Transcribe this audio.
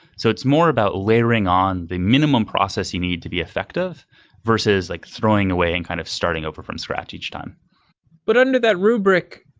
so it's more about layering on the minimum process you need to be effective versus like throwing away and kind of starting over from scratch each time but under that rubric,